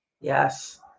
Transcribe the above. Yes